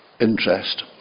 interest